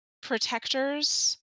protectors